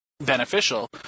beneficial